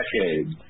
decades